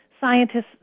scientists